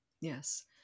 Yes